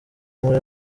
muri